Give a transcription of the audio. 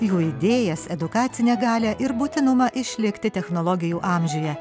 jų idėjas edukacinę galią ir būtinumą išlikti technologijų amžiuje